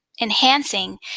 enhancing